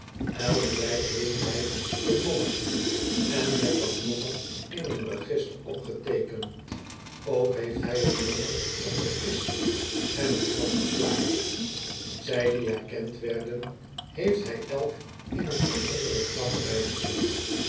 elk lijk heeft hij genommerd en met dat nommer in een register opgeteekend ook heeft hij t nommer op de kist en t graf geplaatst zij die herkend werden heeft hij elk in een afzonderlijk graf bijgezet